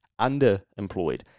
underemployed